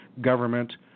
government